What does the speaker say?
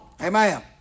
Amen